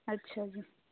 ਅੱਛਾ ਜੀ